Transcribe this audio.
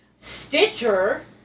Stitcher